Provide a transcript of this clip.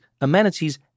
amenities